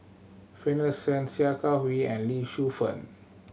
Finlayson Sia Kah Hui and Lee Shu Fen